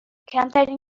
کمترین